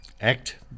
act